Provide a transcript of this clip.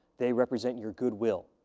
they represent your goodwill,